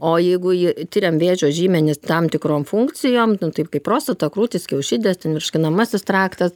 o jeigu jį tiriam vėžio žymenis tam tikrom funkcijom taip kaip prostata krūtys kiaušidės ten virškinamasis traktas